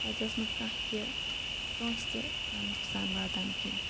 تتہ ٲسۍ نہٕ کانٛہہ تہِ کٲنٛسہِ تہٕ کانٛہہ نوٚقصان واتان کینٛہہ